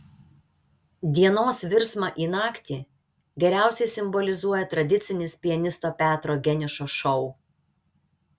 dienos virsmą į naktį geriausiai simbolizuoja tradicinis pianisto petro geniušo šou